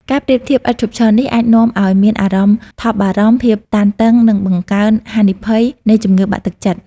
ការប្រៀបធៀបឥតឈប់ឈរនេះអាចនាំឱ្យមានអារម្មណ៍ថប់បារម្ភ ភាពតានតឹង និងបង្កើនហានិភ័យនៃជំងឺបាក់ទឹកចិត្ត។